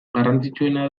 garrantzitsuena